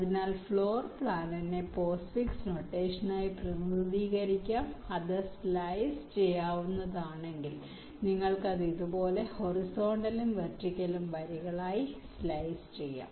അതിനാൽ ഒരു ഫ്ലോർ പ്ലാനിനെ പോസ്റ്റ്ഫിക്സ് നൊട്ടേഷനായി പ്രതിനിധീകരിക്കാം അത് സ്ലൈസ് ചെയ്യാവുന്നതാണെങ്കിൽ നിങ്ങൾക്ക് ഇത് ഇതുപോലെ ഹൊറിസോണ്ടലും വെർട്ടിക്കലും വരികളായി സ്ലൈസ് ചെയ്യാം